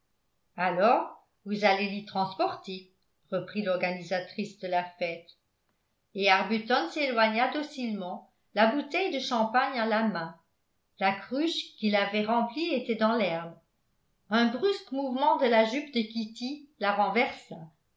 alors vous allez l'y transporter reprit l'organisatrice de la fête et arbuton s'éloigna docilement la bouteille de champagne à la main la cruche qu'il avait remplie était dans l'herbe un brusque mouvement de la jupe de kitty la renversa